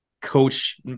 Coach